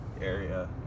area